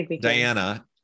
Diana